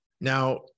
Now